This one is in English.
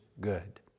good